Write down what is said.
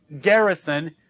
garrison